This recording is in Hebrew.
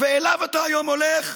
ואליו אתה היום הולך?